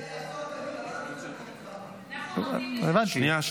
--- אנחנו רוצים --- הבנתי, אני מבין.